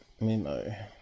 memo